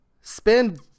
Spend